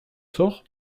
sort